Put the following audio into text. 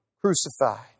crucified